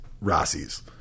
Rossi's